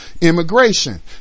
immigration